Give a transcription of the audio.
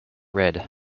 red